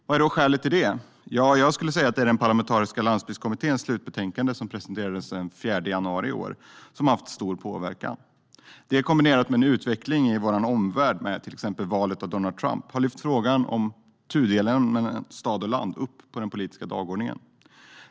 Vad är då skälet till det? Ja, jag skulle säga att Parlamentariska landsbygdskommitténs slutbetänkande som presenterades den 4 januari i år har haft stor påverkan. Det kombinerat med en utveckling i vår omvärld med till exempel valet av Donald Trump har lyft upp frågan om tudelningen mellan stad och land på den politiska dagordningen.